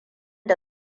da